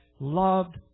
loved